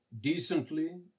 decently